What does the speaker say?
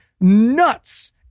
nuts